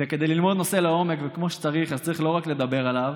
כדי ללמוד נושא לעומק וכמו שצריך אז צריך לא רק לדבר עליו,